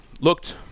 looked